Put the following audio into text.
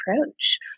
approach